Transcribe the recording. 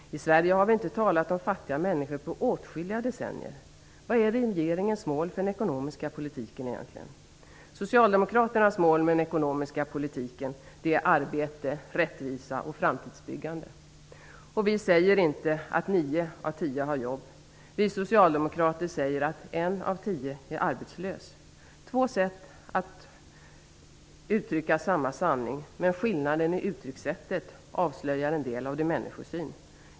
I Sverige har vi inte talat om fattiga människor på åtskilliga decennier. Vad är regeringens mål för den ekoomiska politiken? Socialdemokraternas mål med den ekonomiska politiken är arbete, rättvisa och framtidsbyggande. Vi säger inte att nio av tio har jobb. Vi socialdemokrater säger att en av tio är arbetslös. Det är två sätt att uttrycka samma sanning, men skillnaden i uttryckssättet avslöjar en del av ens människosyn.